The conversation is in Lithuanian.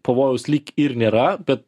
pavojaus lyg ir nėra bet